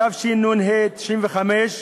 התשנ"ה 1995,